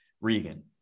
Regan